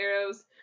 arrows